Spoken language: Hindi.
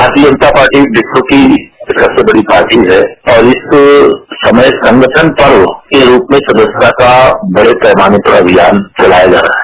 भारतीय जनता पार्टी विश्व की सबसे बड़ी पार्टी है और इस समय संगठन पर्व के रूप में सदस्यता का बड़े पैमाने पर अभियान चलाया जा रहा है